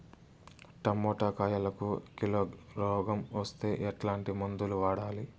Tomato కాయలకు kilo రోగం వస్తే ఎట్లాంటి మందులు వాడాలి?